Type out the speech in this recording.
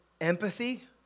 empathy